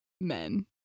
men